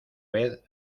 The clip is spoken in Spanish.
vez